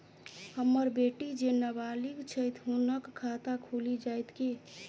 हम्मर बेटी जेँ नबालिग छथि हुनक खाता खुलि जाइत की?